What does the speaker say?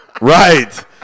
Right